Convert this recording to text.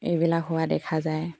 এইবিলাক হোৱা দেখা যায়